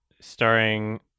starring